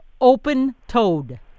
Open-toed